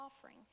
offering